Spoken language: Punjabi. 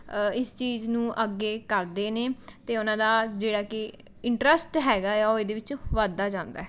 ਇਸ ਚੀਜ਼ ਨੂੰ ਅੱਗੇ ਕਰਦੇ ਨੇ ਅਤੇ ਉਹਨਾਂ ਦਾ ਜਿਹੜਾ ਕਿ ਇੰਟਰਸਟ ਹੈਗਾ ਆ ਉਹ ਇਹਦੇ ਵਿੱਚ ਵੱਧਦਾ ਜਾਂਦਾ ਹੈ